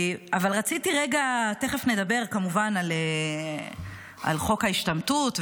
תכף נדבר כמובן על חוק ההשתמטות,